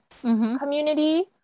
community